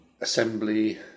Assembly